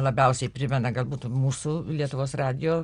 labiausiai primena galbūt mūsų lietuvos radijo